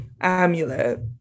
amulet